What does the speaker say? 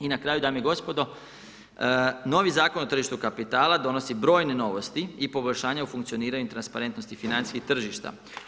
I na kraju, dame i gospodo, novi Zakon o tržištu kapitala donosi brojne novosti i poboljšanje u funkcioniranju transparentnosti financijskih tržišta.